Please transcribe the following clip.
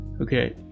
okay